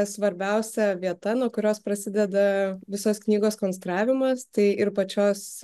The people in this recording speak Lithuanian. svarbiausia vieta nuo kurios prasideda visos knygos konstravimas tai ir pačios